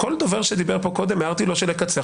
כל דובר שדיבר פה קודם הערתי לו לקצר,